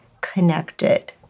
connected